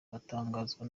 batangazwa